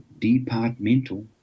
departmental